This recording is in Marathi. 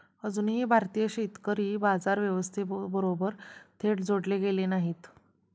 अजूनही भारतीय शेतकरी बाजार व्यवस्थेबरोबर थेट जोडले गेलेले नाहीत